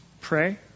pray